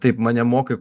taip mane mokai